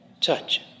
touch